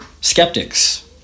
Skeptics